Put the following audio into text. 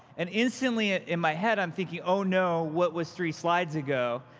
and instantly, ah in my head i'm thinking, oh, no. what was three slides ago?